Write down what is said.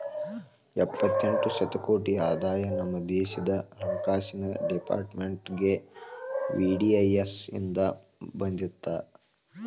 ಎಪ್ಪತ್ತೆಂಟ ಶತಕೋಟಿ ಆದಾಯ ನಮ ದೇಶದ್ ಹಣಕಾಸಿನ್ ಡೆಪಾರ್ಟ್ಮೆಂಟ್ಗೆ ವಿ.ಡಿ.ಐ.ಎಸ್ ಇಂದ್ ಬಂದಿತ್